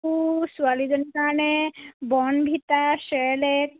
ছোৱালীজনীৰ কাৰণে Bournvita Cerelac